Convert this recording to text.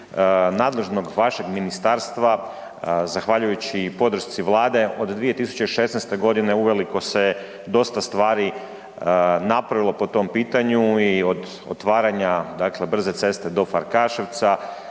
nadležnog vašeg ministarstva, zahvaljujući i podršci vlade, od 2016.g. uveliko se dosta stvari napravilo po tom pitanju i od otvaranja, dakle brze ceste do Farkaševca,